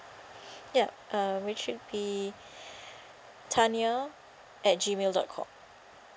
yup uh it should be tanya at G mail dot com